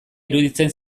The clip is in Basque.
iruditzen